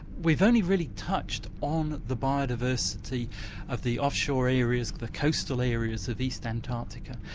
we've only really touched on the biodiversity of the offshore areas, the coastal areas of east antarctica.